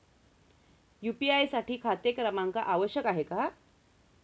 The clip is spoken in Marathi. यू.पी.आय साठी खाते क्रमांक आवश्यक आहे का?